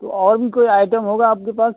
तो और भी कोई आइटम होगा आपके पास